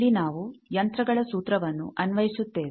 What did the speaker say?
ಇಲ್ಲಿ ನಾವು ಯಂತ್ರಗಳ ಸೂತ್ರವನ್ನು ಅನ್ವಯಿಸುತ್ತೇವೆ